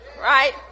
right